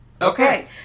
okay